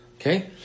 Okay